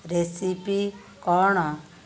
recipe କ'ଣ